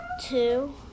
two